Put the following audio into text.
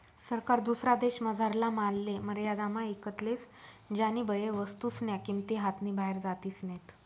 सरकार दुसरा देशमझारला मालले मर्यादामा ईकत लेस ज्यानीबये वस्तूस्न्या किंमती हातनी बाहेर जातीस नैत